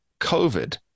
covid